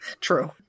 True